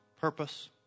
purpose